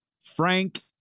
Frank